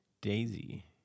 Daisy